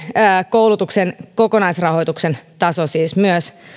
koulutuksen kokonaisrahoituksen taso siis myös